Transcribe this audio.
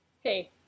Hey